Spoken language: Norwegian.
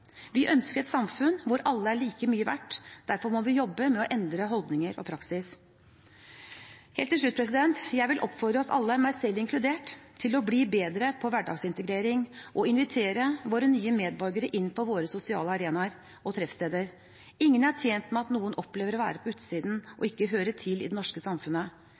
Vi ønsker et samfunn hvor alle er like mye verdt. Derfor må vi jobbe med å endre holdninger og praksis. Helt til slutt: Jeg vil oppfordre oss alle – meg selv inkludert – til å bli bedre i hverdagsintegrering og invitere våre nye medborgere inn på våre sosiale arenaer og treffsteder. Ingen er tjent med at noen opplever å være på utsiden og ikke høre til i det norske samfunnet.